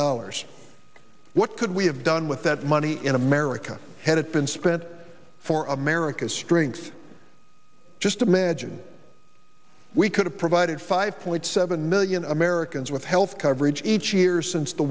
dollars what could we have done with that money in america had it been spent for america's strength just imagine we could have provided five point seven million americans with health coverage each year since the